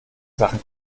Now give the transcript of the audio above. sachen